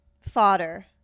Fodder